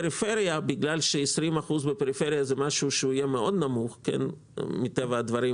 כיוון ש-20% בפריפריה זה משהו שיהיה מאוד נמוך מטבע הדברים,